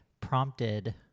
prompted